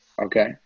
Okay